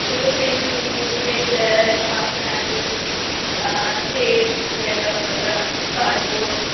جیسے pencil eraser sharpener tape وغیرہ وغیرہ کارڈ بورڈ